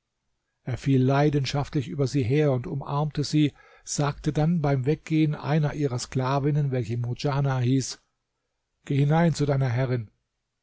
er fiel leidenschaftlich über sie her und umarmte sie sagte dann beim weggehen einer ihrer sklavinnen welche murdjana hieß geh hinein zu deiner herrin